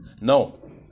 No